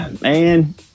man